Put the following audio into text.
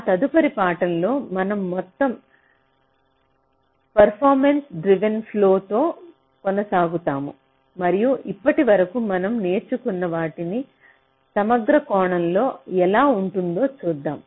మా తదుపరి పాఠం లో మనం మొత్తం పర్ఫామెన్స్ డ్రివెన్ ఫ్లొ తో కొనసాగుతాము మరియు ఇప్పటివరకు మనం నేర్చుకున్న వాటిని సమగ్ర కోణంలో ఎలా ఉంటుందో చూద్దాం